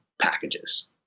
packages